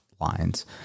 lines